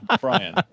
Brian